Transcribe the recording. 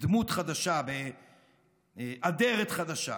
בדמות חדשה, באדרת חדשה.